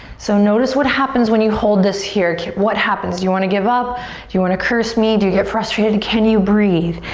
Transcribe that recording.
so notice what happens when you hold this here. what happens? do you want to give up? do you want to curse me? do you get frustrated? can you breathe?